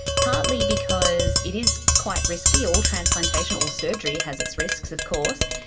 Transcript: partly because it is quite risky. all transplantation, all surgery has its risks of course.